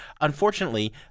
Unfortunately